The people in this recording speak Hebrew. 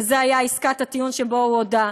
וזו הייתה עסקת הטיעון שבה הוא הודה.